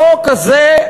החוק הזה,